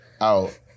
out